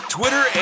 Twitter